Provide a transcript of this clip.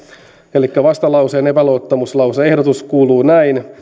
elikkä vastalauseen epäluottamuslause ehdotus kuuluu näin